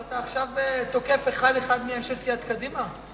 אז אתה עכשיו תוקף אחד-אחד מאנשי סיעת קדימה?